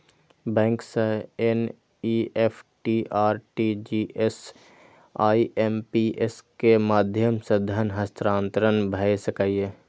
bank सं NEFT, RTGS, IMPS के माध्यम सं धन हस्तांतरण भए सकैए